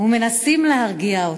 ומנסים להרגיע אותה.